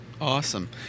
Awesome